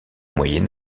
moyen